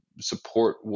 Support